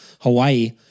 Hawaii